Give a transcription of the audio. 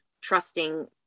trusting